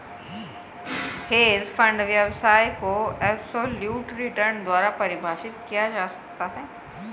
hedge fund व्यवसाय को absolute return द्वारा परिभाषित किया जा सकता है